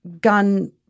gun